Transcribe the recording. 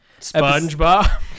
SpongeBob